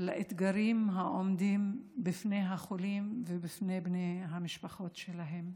האתגרים העומדים בפני החולים ובפני בני המשפחות שלהם.